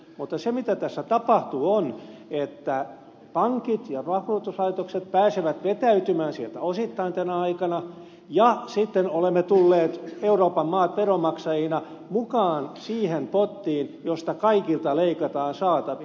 mutta se mitä tässä tapahtuu on se että pankit ja vakuutuslaitokset pääsevät vetäytymään osittain sieltä tänä aikana ja sitten me euroopan maat olemme tulleet veronmaksajina mukaan siihen pottiin josta kaikilta leikataan saatavia